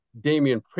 Damian